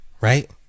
right